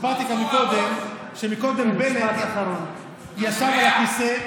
סיפרתי כאן קודם שקודם בנט ישב על הכיסא וקפץ: